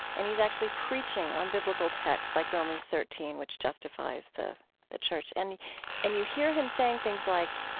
and he's actually preaching on biblical texts, like romans thirteen, which justifies the the church, and and you hear him saying things like